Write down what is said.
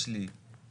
יש לי פרויקטים,